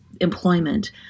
employment